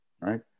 right